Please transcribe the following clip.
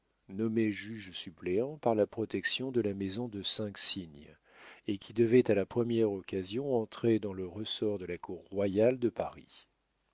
nommé juge-suppléant par la protection de la maison de cinq cygne et qui devait à la première occasion entrer dans le ressort de la cour royale de paris